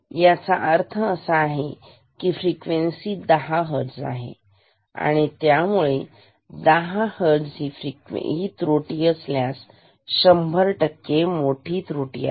म्हणण्याचा अर्थ असा आहे फ्रिक्वेन्सी आहे10 हर्ट्स आपल्याकडे त्रुटी आहे 10 हर्ट्स म्हणजे शंभर टक्के मोठी त्रुटी आहे का